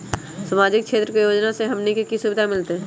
सामाजिक क्षेत्र के योजना से हमनी के की सुविधा मिलतै?